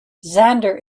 zander